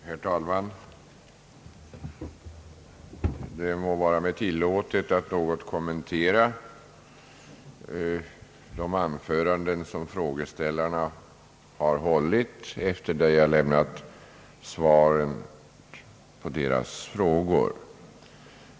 Herr talman! Det må vara mig tilllåtet att något kommentera de anföranden som frågeställarna hållit efter mitt svar på deras spörsmål.